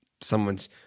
someone's